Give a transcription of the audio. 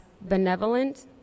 benevolent